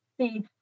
see